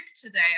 today